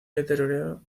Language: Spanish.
deteriorado